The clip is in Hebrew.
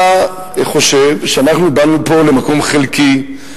אתה חושב שאנחנו באנו פה למקום חלקי,